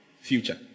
future